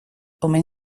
omen